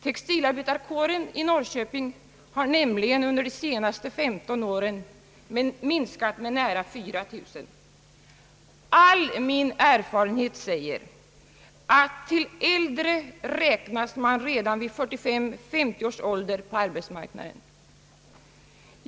Textilarbetarkåren i Norrköping har nämligen under de senaste 15 åren minskat med nära 4000 stycken. All min erfarenhet säger att till »äldre» räknas man redan vid 45-—50 års ålder på arbetsmarknaden.